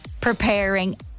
preparing